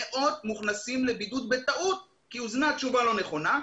שמוכנסים לבידוד בטעות, כי הוזנה תשובה לא נכונה.